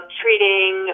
treating